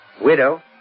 widow